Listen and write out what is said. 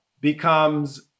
becomes